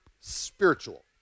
spiritual